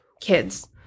kids